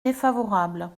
défavorable